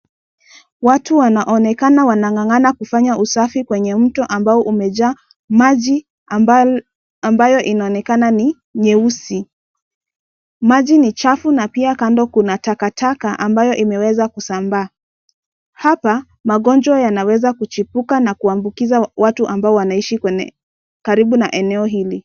Watu wanaonekana wanang'ang'ana kufanya usafi kwenye mto, ambao umejaa maji, ambalo, ambayo inaonekana ni nyeusi. Maji ni chafu na pia kando kuna takataka, ambayo imeweza kusambaa. Hapa, magonjwa yanaweza kuchipuka, na kuambukiza watu ambao wanaishi, kwenye, karibu na eneo hili.